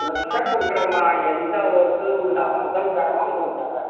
ஃபிரெஷ்ஷாக கொடுக்குறம்மா எந்த ஒரு இதுவும் இல்லாமல் முதல் தரமாக உங்களுக்கு தரேன்